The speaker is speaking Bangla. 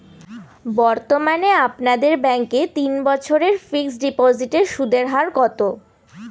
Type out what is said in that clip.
বর্তমানে আপনাদের ব্যাঙ্কে তিন বছরের ফিক্সট ডিপোজিটের সুদের হার কত?